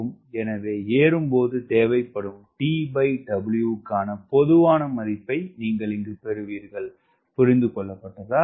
எனவே ஏறும் போது தேவைப்படும் TW க்கான பொதுவான மதிப்பைப் பெறுவீர்கள் புரிந்துகொள்ளப்பட்டதா